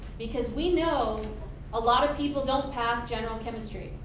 because we know a lot of people don't pass general chemistry.